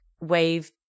wave